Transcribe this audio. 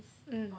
mmhmm